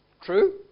True